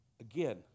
again